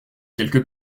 quelque